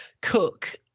Cook